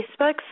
Facebooks